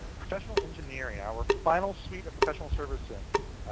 professional engineering, our final suite of professional service sin's,